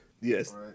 Yes